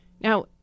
Now